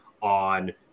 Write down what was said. on